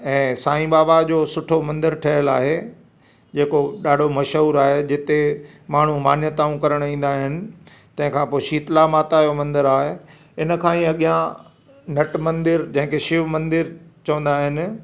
ऐं साईं बाबा जो सुठो मंदिर ठहियल आहे जेको ॾाढो मशहूरु आहे जिते माण्हू मान्यताऊं करण ईंदा आहिनि तंहिंखां पोइ शीतला माता जो मंदिर आहे इनखां ई अॻियां नट मंदिर जंहिंखें शिव मंदिर चवंदा आहिनि